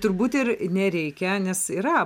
turbūt ir nereikia nes yra